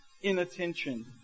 inattention